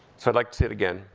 so i'd like to say it again.